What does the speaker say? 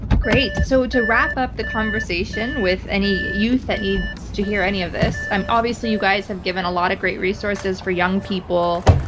great. so to wrap up the conversation with any youth that needs to hear any of this, and obviously you guys have given a lot of great resources for young people.